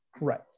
right